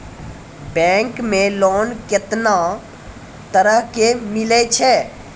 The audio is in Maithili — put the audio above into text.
बैंक मे लोन कैतना तरह के मिलै छै?